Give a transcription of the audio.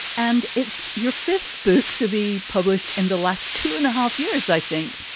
and it's your fifth book to be published in the last two and a half years. i think